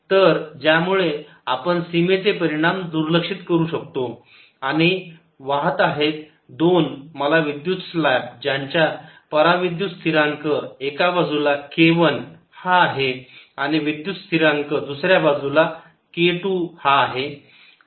तर ज्यामुळे आपण सीमेचे परिणाम दुर्लक्षित करू शकतो आणि वाहत आहे दोन मला विद्युत स्लॅब ज्यांचा परा विद्युत स्थिरांक एका बाजूला k1 हा आहे आणि विद्युत स्थिरांक दुसऱ्या बाजूला हा k 2 आहे